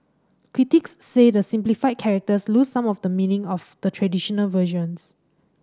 critics say the simplified characters lose some of the meaning of the traditional versions